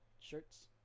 shirts